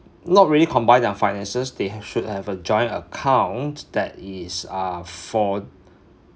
not really combine their finances they ha~ should have a joint account that is uh for